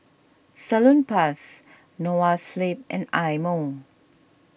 Salonpas Noa Sleep and Eye Mo